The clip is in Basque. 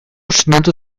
sinatu